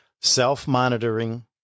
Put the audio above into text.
Self-monitoring